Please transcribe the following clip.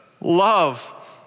love